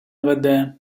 веде